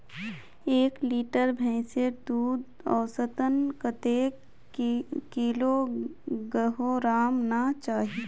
एक लीटर भैंसेर दूध औसतन कतेक किलोग्होराम ना चही?